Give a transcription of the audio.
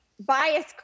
bias